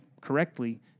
correctly